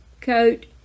coat